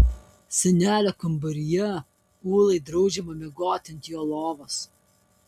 senelio kambaryje ūlai draudžiama miegoti ant jo lovos